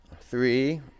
Three